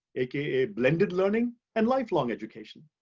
aka blended learning and lifelong education.